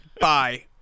bye